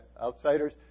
outsiders